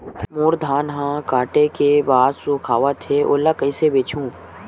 मोर धान ह काटे के बाद सुखावत हे ओला कइसे बेचहु?